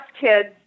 kids